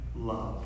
love